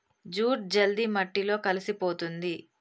jute జల్ది మట్టిలో కలిసిపోతుంది